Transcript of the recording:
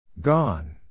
Gone